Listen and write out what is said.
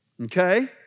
Okay